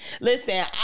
Listen